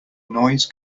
noise